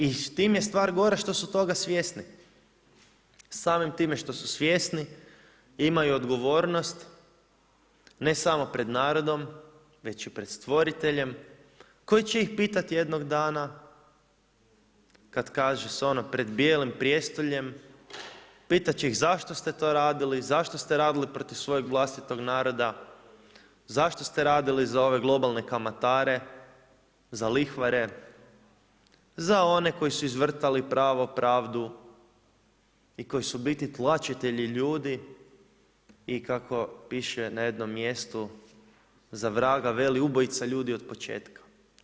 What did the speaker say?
I s tim je stvar gora što su toga svjesni, samim time što su toga svjesni imaju odgovornost ne samo pred narodom već i pred stvoriteljem koji će ih pitat jednog dana kad kaže se ono pred bijelim predstoljem, pitat će ih zašto ste to radili, zašto ste radili protiv svojeg vlastitog naroda, zašto ste radili za ove globalne kamatare, za lihvare, za one koji su izvrtali pravo, pravdu i koji su u biti tlačitelji ljudi i kako piše na jednom mjestu, za vraga veli ubojica ljudi od početka?